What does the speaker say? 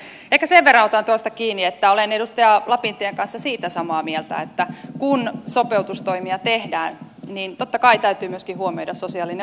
mutta ehkä sen verran otan tuosta kiinni että olen edustaja lapintien kanssa siitä samaa mieltä että kun sopeutustoimia tehdään niin totta kai täytyy myöskin huomioida sosiaalinen oikeudenmukaisuus